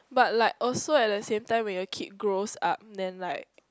but like also at the same time when your kid grows up then like